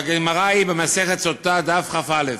והגמרא היא במסכת סוטה דף כא.